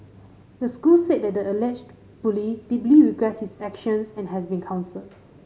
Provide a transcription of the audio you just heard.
the school said the alleged bully deeply regrets his actions and has been counselled